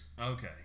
Okay